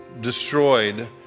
Destroyed